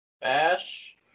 Bash